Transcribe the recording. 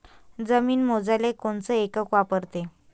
जमीन मोजाले कोनचं एकक वापरते?